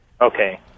okay